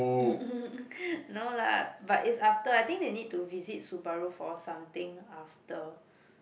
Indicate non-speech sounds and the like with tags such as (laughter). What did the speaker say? (laughs) no lah but it's after I think they need to visit Subaru for something after